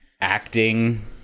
acting